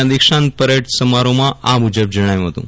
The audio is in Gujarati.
ના દિક્ષાંત પરેડ સમારોહમાં આ મુજબ જણાવ્યું હતું